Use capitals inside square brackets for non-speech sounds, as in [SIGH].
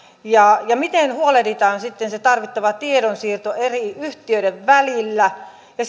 ja ja miten huolehditaan sitten se tarvittava tiedonsiirto eri yhtiöiden välillä ja [UNINTELLIGIBLE]